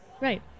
right